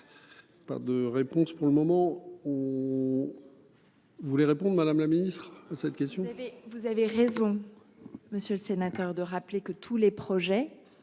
vous avez raison, Monsieur le Sénateur, de rappeler que tous les projets